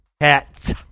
cats